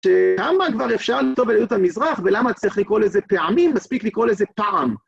כמה כבר אפשר לכתוב על עדות המזרח, ולמה צריך לקרוא לזה פעמים, מספיק לקרוא לזה פעם.